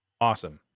awesome